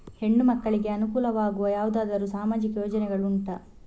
ಹೆಣ್ಣು ಮಕ್ಕಳಿಗೆ ಅನುಕೂಲವಾಗುವ ಯಾವುದಾದರೂ ಸಾಮಾಜಿಕ ಯೋಜನೆಗಳು ಉಂಟಾ?